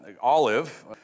Olive